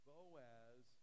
Boaz